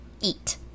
eat